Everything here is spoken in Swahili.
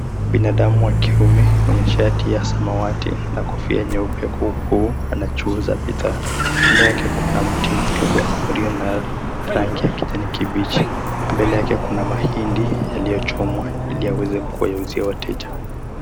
Binadamu wa kiume mwenye shati ya samawati na kofia nyeupe huku anachuuza bidhaa. Kando yake kuna mti mkubwa ulio na rangi ya kijani kibichi. Mbele yake kuna mahindi yaliyo choma ili aweze kuwauzia wateja.